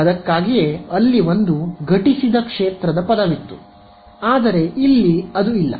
ಅದಕ್ಕಾಗಿಯೇ ಅಲ್ಲಿ ಒಂದು ಘಟಿಸಿದ ಕ್ಷೇತ್ರದ ಪದವಿತ್ತು ಆದರೆ ಇಲ್ಲಿ ಇಲ್ಲ